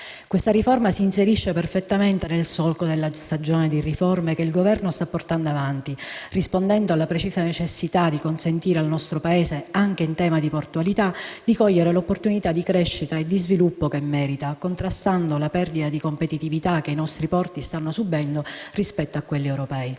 Questa riforma si inserisce perfettamente nel solco della stagione di riforme che il Governo sta portando avanti, rispondendo alla precisa necessità di consentire al nostro Paese, anche in tema di portualità, di cogliere le opportunità di crescita e di sviluppo che merita, contrastando la perdita di competitività che i nostri porti stanno subendo rispetto a quelli europei.